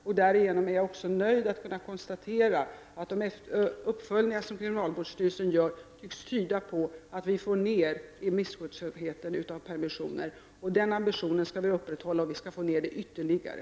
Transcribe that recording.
Det gläder mig att kunna konstatera att de uppföljningar som kriminalvårdsstyrelsen har gjort tycks tyda på att vi får ner misskötsamheten vid permissioner. Vi skall upprätthålla ambitionen och försöka få ner misskötsamheten ytterligare.